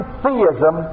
theism